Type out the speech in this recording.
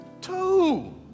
Two